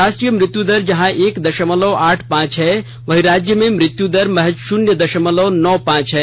राष्ट्रीय मृत्यु दर जहां एक दशमलव आठ पांच है वहीं राज्य में मृत्य दर महज शुन्य दशमलव नौ पांच है